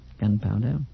Gunpowder